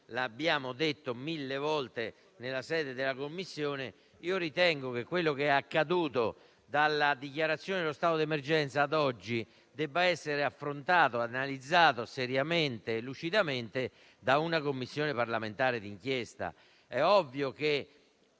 abbiamo detto mille volte in Commissione, che quello che è accaduto, dalla dichiarazione dello stato d'emergenza ad oggi, debba essere affrontato e analizzato seriamente e lucidamente da una Commissione parlamentare di inchiesta. È ovvio che,